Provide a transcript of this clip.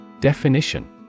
Definition